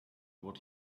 what